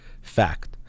fact